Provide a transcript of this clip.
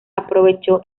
aprovechó